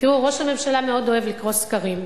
תראו, ראש הממשלה מאוד אוהב לקרוא סקרים,